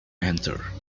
enter